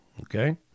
Okay